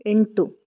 ಎಂಟು